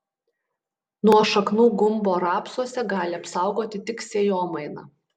nuo šaknų gumbo rapsuose gali apsaugoti tik sėjomaina